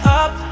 up